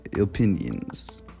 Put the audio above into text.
opinions